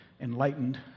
enlightened